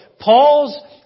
Paul's